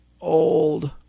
Old